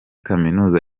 kaminuza